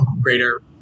greater